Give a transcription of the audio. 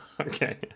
Okay